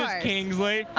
kingsley.